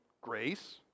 grace